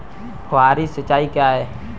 फुहारी सिंचाई क्या है?